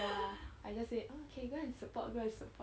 ya I just say okay go and support go and support